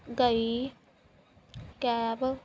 ਗਈ ਕੈਬ